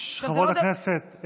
חברי הכנסת,